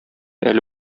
әле